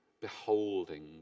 Beholding